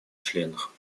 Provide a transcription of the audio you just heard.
членах